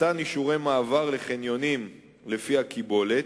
מתן אישורי מעבר לחניונים לפי הקיבולת,